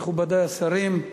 מכובדי השרים,